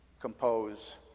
compose